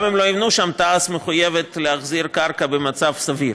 תעש מחויבת להחזיר קרקע במצב סביר.